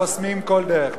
חוסמים כל דרך,